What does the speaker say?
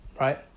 Right